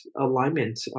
alignment